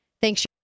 Thanks